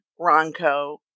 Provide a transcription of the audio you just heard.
Ronco